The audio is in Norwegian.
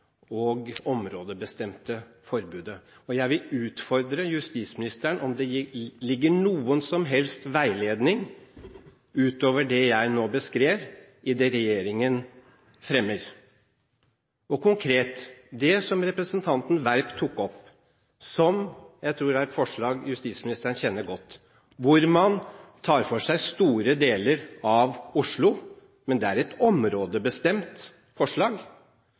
og områdebestemte forbudet. Jeg vil utfordre justisministeren på om det ligger noen som helst veiledning utover det jeg nå beskrev, i det regjeringen fremmer. Og konkret: Det som representanten Werp tok opp – som jeg tror er et forslag justisministeren kjenner godt, hvor man tar for seg store deler av Oslo, men som er et områdebestemt forslag